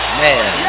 man